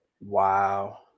wow